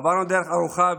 עברנו דרך ארוכה,